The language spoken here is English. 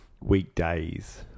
weekdays